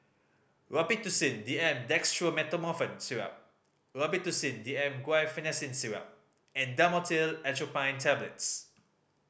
Robitussin D M Dextromethorphan Syrup Robitussin D M Guaiphenesin Syrup and Dhamotil Atropine Tablets